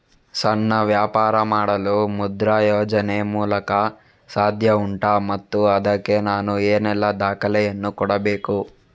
ಸಣ್ಣ ವ್ಯಾಪಾರ ಮಾಡಲು ಮುದ್ರಾ ಯೋಜನೆ ಮೂಲಕ ಸಾಧ್ಯ ಉಂಟಾ ಮತ್ತು ಅದಕ್ಕೆ ನಾನು ಏನೆಲ್ಲ ದಾಖಲೆ ಯನ್ನು ಕೊಡಬೇಕು?